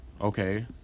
okay